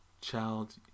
Child